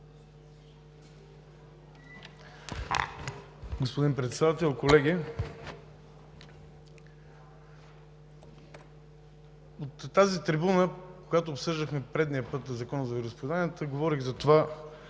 Господин Председател, колеги! От тази трибуна, когато обсъждахме предния път Закона за вероизповеданията, говорих за това